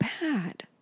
bad